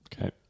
Okay